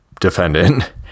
defendant